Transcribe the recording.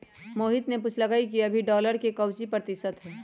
मोहित ने पूछल कई कि अभी डॉलर के काउची प्रतिशत है?